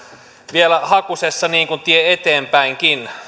vielä hakusessa niin kuin tie eteenpäinkin